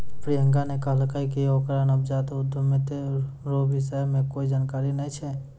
प्रियंका ने कहलकै कि ओकरा नवजात उद्यमिता रो विषय मे कोए जानकारी नै छै